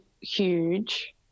huge